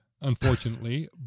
unfortunately